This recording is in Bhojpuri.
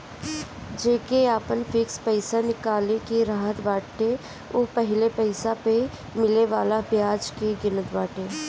जेके आपन फिक्स पईसा निकाले के रहत बाटे उ पहिले पईसा पअ मिले वाला बियाज के गिनत बाटे